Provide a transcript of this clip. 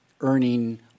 earning